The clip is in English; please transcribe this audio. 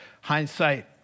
hindsight